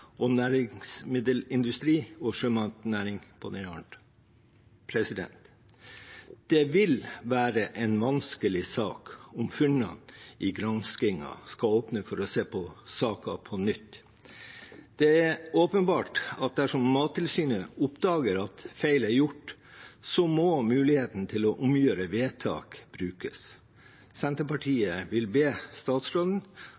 og næringsmiddelindustri og sjømatnæring på den andre. Det vil være en vanskelig sak om funnene i granskingen skal åpne for å se på saker på nytt. Det er åpenbart at dersom Mattilsynet oppdager at feil er gjort, må muligheten til å omgjøre vedtak brukes.